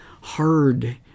hard